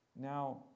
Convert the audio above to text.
Now